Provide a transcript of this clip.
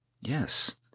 Yes